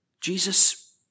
Jesus